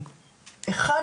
כהרגלי,